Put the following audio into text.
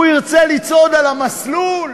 הוא ירצה לצעוד על המסלול,